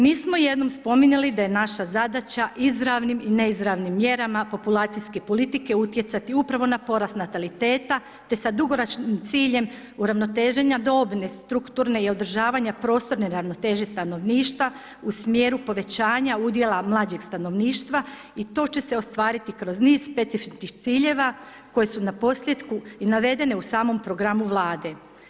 Nismo jednom spominjali da je naša zadaća izravnim i neizravnim mjerama populacijske politike utjecati upravo na porast nataliteta te sa dugoročnim ciljem uravnoteženja dobne strukturne i održavanja prostorne ravnoteže stanovništva u smjeru povećanja udjela mlađeg stanovništva i to će se ostvariti kroz niz specifičnih ciljeva koja su na posljetku i navedene u samom programu Vlade.